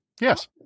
yes